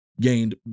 gained